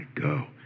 go